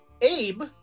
Abe